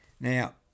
Now